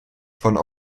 von